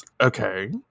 Okay